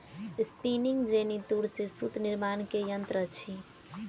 spinning jenny तूर से सूत निर्माण के यंत्र अछि